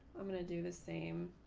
i'm going to do the same.